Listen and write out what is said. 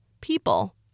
people